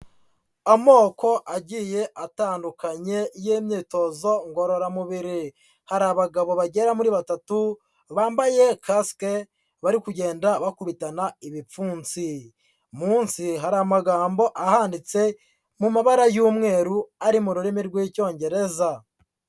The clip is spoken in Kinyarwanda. Amoko agiye atandukanye y'imyitozo ngororamubiri, hari abagabo bagera muri batatu bambaye kasike, bari kugenda bakubitana ibipfunsi, munsi hari amagambo ahanditse mu mabara y'umweru ari mu rurimi rw'Icyongereza.